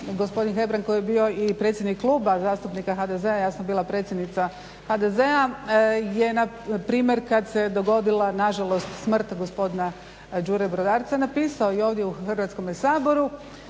gospodin Hebrang koji je bio i predsjednik Kluba zastupnika HDZ-a, ja sam bila predsjednica HDZ-a je na primjer kad se dogodila na žalost smrt gospodina Đure Brodarca napisao i ovdje u Hrvatskome saboru,